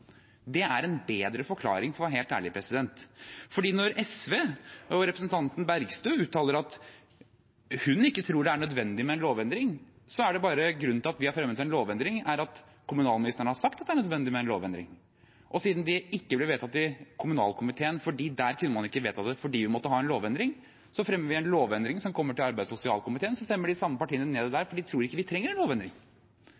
Det er en bedre forklaring, for å være helt ærlig. SV og representanten Bergstø uttaler at hun ikke tror det er nødvendig med en lovendring. Grunnen til at vi har fremmet en lovendring, er at kommunalministeren har sagt at det er nødvendig med en lovendring, og siden det ikke ble vedtatt i kommunalkomiteen fordi der kunne man ikke vedta det fordi vi måtte ha en lovendring, fremmer vi en lovendring som kommer til arbeids- og sosialkomiteen, og så stemmer de samme partiene det ned der,